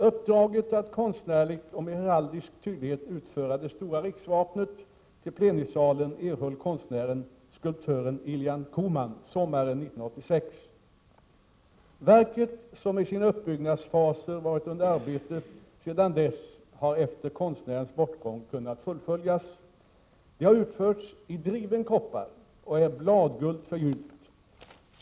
Uppdraget att konstnärligt och med heraldisk tydlighet utföra det Stora Riksvapnet till plenisalen erhöll konstnären, skulptören Ilhan Koman, sommaren 1986. Verket som i sina uppbyggnadsfaser varit under arbete sedan dess har efter konstnärens bortgång kunnat fullföljas. Det har utförts i driven koppar och är bladguldförgyllt.